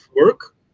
work